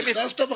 האלה שהיו.